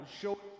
show